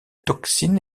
toxine